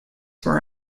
were